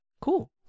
Cool